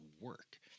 work